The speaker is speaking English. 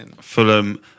Fulham